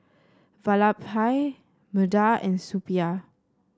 Vallabhbhai Medha and Suppiah